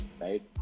right